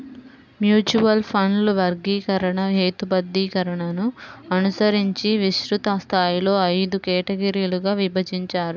mutual ఫండ్ల వర్గీకరణ, హేతుబద్ధీకరణను అనుసరించి విస్తృత స్థాయిలో ఐదు కేటగిరీలుగా విభజించారు